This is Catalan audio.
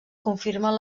confirmen